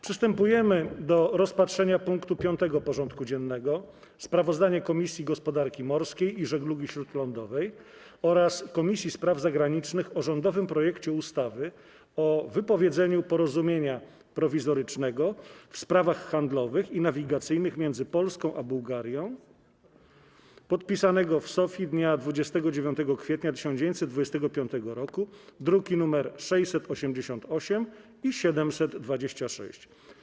Przystępujemy do rozpatrzenia punktu 5. porządku dziennego: Sprawozdanie Komisji Gospodarki Morskiej i Żeglugi Śródlądowej oraz Komisji Spraw Zagranicznych o rządowym projekcie ustawy o wypowiedzeniu Porozumienia Prowizorycznego w sprawach handlowych i nawigacyjnych między Polską a Bułgarją, podpisanego w Sofji dnia 29 kwietnia 1925 roku (druki nr 688 i 726)